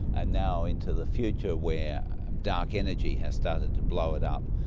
and now into the future where dark energy has started to blow it up.